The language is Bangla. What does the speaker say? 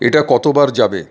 এটা কতবার যাবে